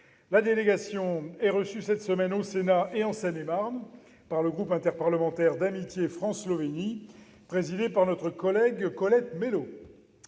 La délégation est reçue cette semaine au Sénat et en Seine-et-Marne par le groupe interparlementaire d'amitié France-Slovénie, présidé par notre collègue Colette Mélot.